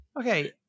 Okay